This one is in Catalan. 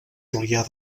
julià